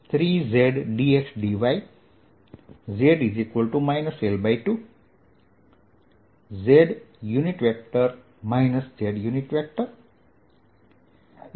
z 3zdxdy|z L2z